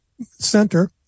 Center